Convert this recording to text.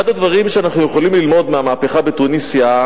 אחד הדברים שאנחנו יכולים ללמוד מהמהפכה בתוניסיה,